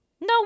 No